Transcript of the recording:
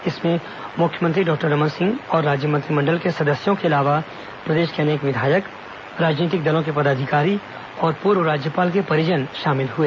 इसमें मुख्यमंत्री डॉक्टर रमन सिंह और राज्य मंत्रिमंडल के सदस्यों के अलावा प्रदेश के अनेक विधायक राजनीतिक दलों के पदाधिकारी और पूर्व राज्यपाल के परिजन शामिल हुए